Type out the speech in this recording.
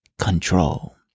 control